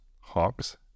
hawks